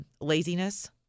Laziness